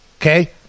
okay